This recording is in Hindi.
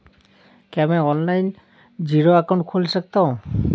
क्या मैं ऑनलाइन जीरो अकाउंट खोल सकता हूँ?